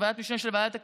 ועדת משנה של ועדת הכלכלה,